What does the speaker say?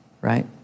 right